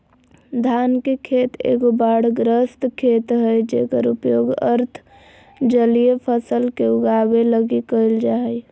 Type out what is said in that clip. धान के खेत एगो बाढ़ग्रस्त खेत हइ जेकर उपयोग अर्ध जलीय फसल के उगाबे लगी कईल जा हइ